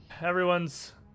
everyone's